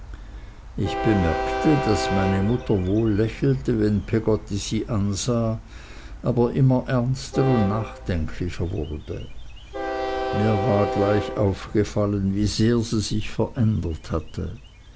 ich bemerkte daß meine mutter wohl lächelte wenn peggotty sie ansah aber immer ernster und nachdenklicher wurde mir war gleich aufgefallen wie sehr sie sich verändert hatte